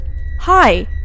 hi